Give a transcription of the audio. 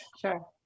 sure